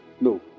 No